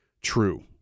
true